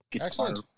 Excellent